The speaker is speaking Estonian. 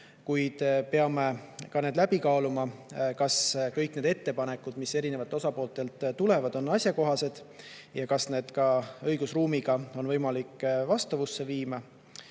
kuid peame siiski läbi kaaluma, kas kõik need ettepanekud, mis erinevatelt osapooltelt tulevad, on asjakohased ja kas need ka õigusruumiga on võimalik vastavusse viia.